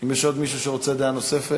אם יש עוד מישהו שרוצה דעה נוספת,